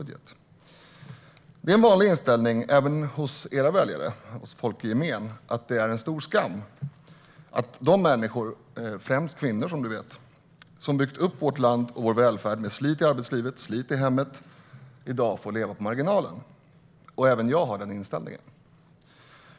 Det är en vanlig inställning hos era väljare och folk i gemen att det är en stor skam att de människor - främst kvinnor, som du vet - som byggt upp vårt land och vår välfärd med slit i arbetslivet och slit i hemmet i dag får leva på marginalen. Även jag har den inställningen.